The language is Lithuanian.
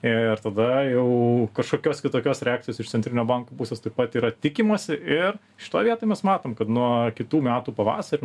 ir tada jau kažkokios kitokios reakcijos iš centrinio banko pusės taip pat yra tikimasi ir šitoj vietoj mes matom kad nuo kitų metų pavasario